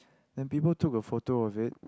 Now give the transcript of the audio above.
then people took a photo of it